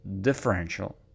differential